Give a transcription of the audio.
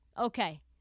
Okay